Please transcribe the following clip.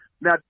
Now